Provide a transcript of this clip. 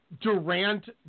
Durant